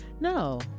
no